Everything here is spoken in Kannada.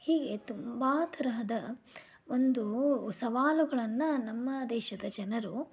ಹೀಗೆ ತುಂಬ ತರಹದ ಒಂದು ಸವಾಲುಗಳನ್ನು ನಮ್ಮ ದೇಶದ ಜನರು